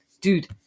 Dude